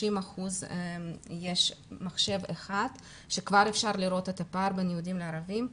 אחוזים יש מחשב אחד וכבר אפשר לראות את הפער בין יהודים לערבים.